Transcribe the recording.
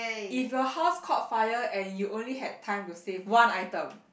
if your house caught fire and you only had time to save one item